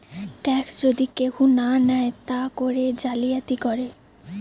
tax যদি কেহু না দেয় তা করে জালিয়াতি করে